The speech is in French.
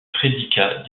prédicat